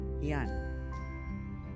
Yan